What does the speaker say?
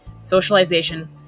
socialization